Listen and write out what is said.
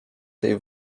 tej